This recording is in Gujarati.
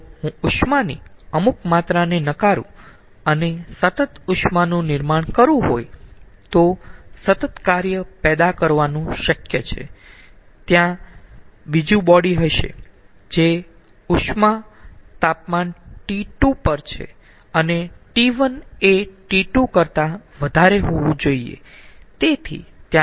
જો હું ઉષ્માની અમુક માત્રાને નકારું અને સતત ઉષ્માનું નિર્માણ કરવું હોય તો સતત કાર્ય પેદા કરવાનું શક્ય છે ત્યાં બીજું બોડી હશે જે તે ઉષ્મા તાપમાન T2 પર છે અને T1 એ T2 કરતા વધારે હોવું જોઈયે